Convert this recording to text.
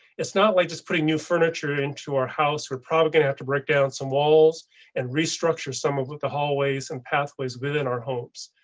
it's not like just putting new furniture into our house. we're probably gonna have to break down some walls and restructure some of of the hallways and pathways within our homes.